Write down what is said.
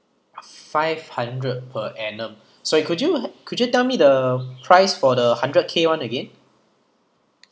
five hundred per annum so could you could you tell me the price for the hundred K [one] again